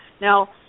Now